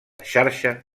xarxa